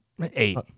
eight